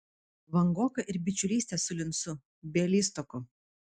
vangoka ir bičiulystė su lincu bialystoku